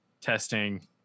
testing